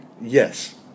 Yes